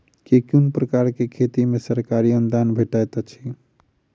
केँ कुन प्रकारक खेती मे सरकारी अनुदान भेटैत अछि?